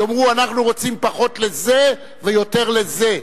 יאמרו: אנחנו רוצים פחות לזה ויותר לזה.